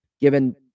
Given